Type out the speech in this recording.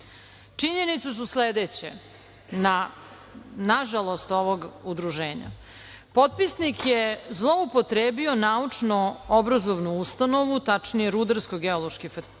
Činjenice su sledeće, nažalost ovog udruženja. Potpisnik je zloupotrebio naučno-obrazovnu ustanovu, tačnije Rudarsko-geološki fakultet,